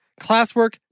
classwork